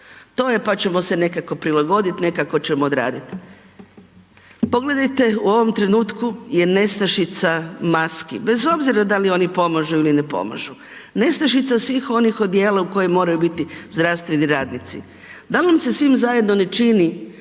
to je pa ćemo se nekako prilagoditi, nekako ćemo odraditi. Pogledajte u ovom trenutku je nestašica maski, bez obzira da li one pomažu ili ne pomažu. Nestašica svih onih odjela u kojima moraju biti zdravstveni radnici. Da li vam se svima zajedno ne čini